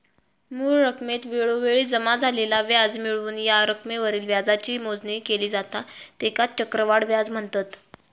मूळ रकमेत वेळोवेळी जमा झालेला व्याज मिळवून या रकमेवरील व्याजाची मोजणी केली जाता त्येकाच चक्रवाढ व्याज म्हनतत